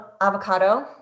avocado